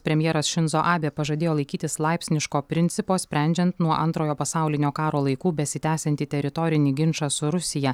premjeras šinzo abė pažadėjo laikytis laipsniško principo sprendžiant nuo antrojo pasaulinio karo laikų besitęsiantį teritorinį ginčą su rusija